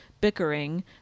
bickering